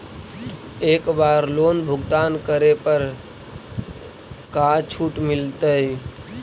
एक बार लोन भुगतान करे पर का छुट मिल तइ?